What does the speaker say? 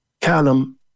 Callum